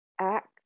act